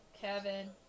kevin